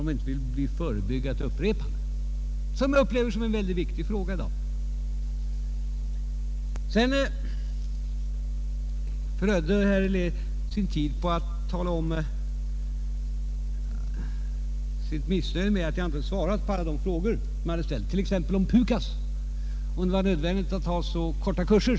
Mitt syfte var att förebygga ett upprepande. Jag upplever detta som en mycket viktig fråga i dag. Sedan förödde herr Helén sin tid på att uttala sitt missnöje med att jag inte svarat på alla de frågor som han ställt, t.ex. om det när det gäller PUKAS är nödvändigt att ha så korta kurser.